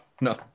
No